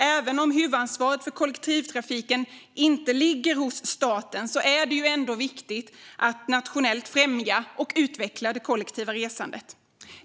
Även om huvudansvaret för kollektivtrafiken inte ligger hos staten är det ändå viktigt att nationellt främja och utveckla det kollektiva resandet.